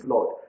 Lord